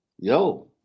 yo